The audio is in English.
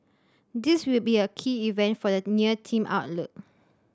this will be a key event for the near team outlook